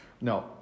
No